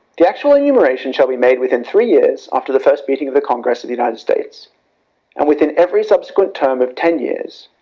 the actual enumeration shall be made within three years after the first meeting of the congress of the united states and within every subsequent term of ten years,